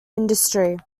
industry